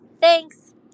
Thanks